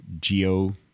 geo